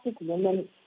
women